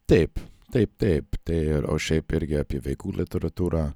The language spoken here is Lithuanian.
taip taip taip tai ir o šiaip irgi apie vaikų literatūrą